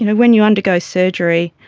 you know when you undergo surgery,